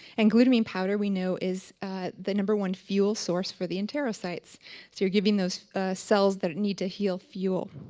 and glutamine powder we know is the number one fuel source for the and enterocytes. so you're giving those cells that need to heal fuel.